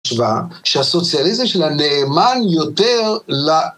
שהסוציאליזם שלה נאמן יותר